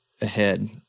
ahead